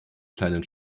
kleinen